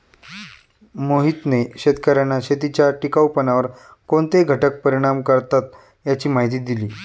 मोहितने शेतकर्यांना शेतीच्या टिकाऊपणावर कोणते घटक परिणाम करतात याची माहिती दिली